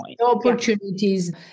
Opportunities